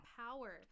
power